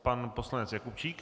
Pan poslanec Jakubčík.